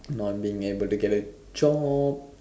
not being able to get a job